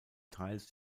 teils